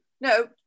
No